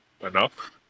enough